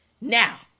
now